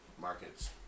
markets